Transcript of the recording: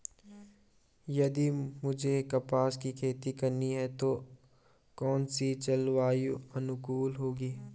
यदि मुझे कपास की खेती करनी है तो कौन इसी जलवायु अनुकूल होगी?